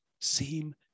seem